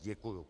Děkuju.